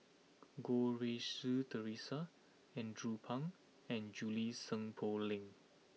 Goh Rui Si Theresa Andrew Phang and Junie Sng Poh Leng